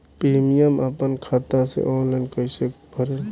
Premium अपना खाता से ऑनलाइन कईसे भरेम?